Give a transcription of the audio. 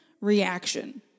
reaction